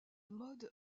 mode